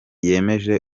yemeje